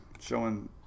showing